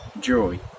joy